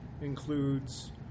includes